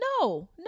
No